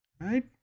Right